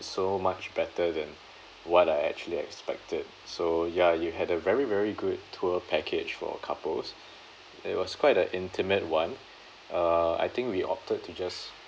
so much better than what I actually expected so ya you had a very very good tour package for couples it was quite a intimate one uh I think we opted to just